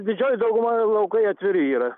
didžioji dauguma laukai atviri yra